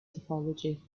topology